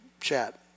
chat